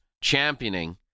championing